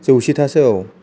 जौसे थासो औ